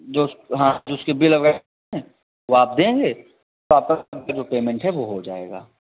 जो हाँ जो उसके बिल वगैरह है वो आप देंगे तो आपका उसका जो पेमेंट है वो हो जाएगा